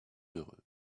heureux